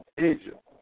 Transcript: Egypt